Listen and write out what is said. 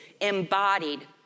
embodied